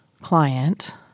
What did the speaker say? client